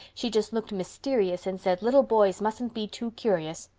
she just looked mysterious and said little boys mustn't be too curious.